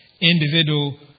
individual